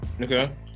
Okay